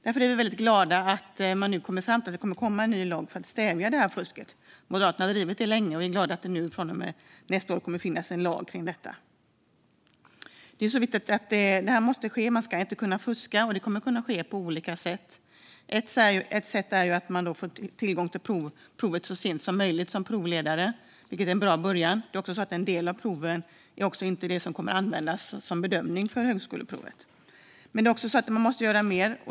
Därför är vi väldigt glada över att det kommer att komma en ny lag för att stävja detta fusk. Moderaterna har drivit detta länge, och vi är glada över att det från och med nästa år kommer att finnas en lag kring det här. Detta är viktigt. Man ska inte kunna fuska. Man kommer att göra på olika sätt. Ett sätt handlar om att man som provledare får tillgång till provet så sent som möjligt, vilket är en bra början. Det är också så att en del av proven inte kommer att användas vid bedömning av högskoleprovet. Men man måste göra mer.